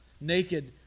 Naked